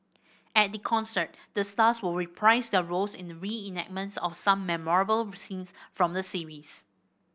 at the concert the stars will reprise their roles in reenactments of some memorable scenes from the series